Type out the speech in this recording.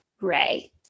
Ray